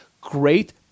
great